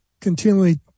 continually